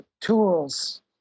tools